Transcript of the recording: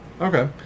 Okay